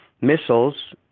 missiles